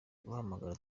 guhamagara